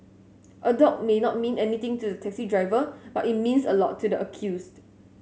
a dog may not mean anything to the taxi driver but it meant a lot to the accused